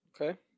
Okay